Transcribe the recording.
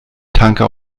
tanker